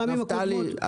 נפתלי,